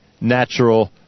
natural